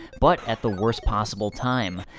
but at the worst possible time.